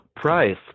price